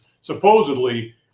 supposedly